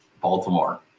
Baltimore